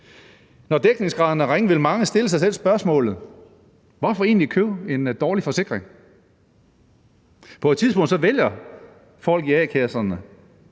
Når dækningsgraden er ringe, vil mange stille sig selv spørgsmålet: Hvorfor egentlig købe en dårlig forsikring? På et tidspunkt vælger folk at melde a-kasserne